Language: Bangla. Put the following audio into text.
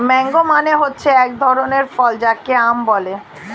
ম্যাংগো মানে হচ্ছে এক ধরনের ফল যাকে আম বলে